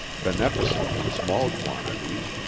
beneficent in small quantities,